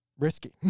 Risky